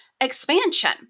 expansion